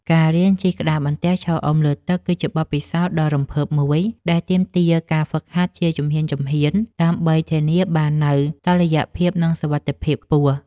ការរៀនជិះក្តារបន្ទះឈរអុំលើទឹក គឺជាបទពិសោធន៍ដ៏រំភើបមួយដែលទាមទារការហ្វឹកហាត់ជាជំហានៗ ដើម្បីធានាបាននូវតុល្យភាព និងសុវត្ថិភាពខ្ពស់។